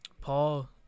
Paul